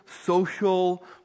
social